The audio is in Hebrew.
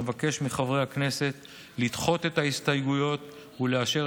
אבקש מחברי הכנסת לדחות את ההסתייגויות ולאשר